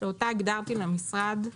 שאותה הגדרתי למשרד,